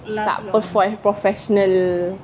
tak prof~ professional